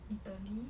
Italy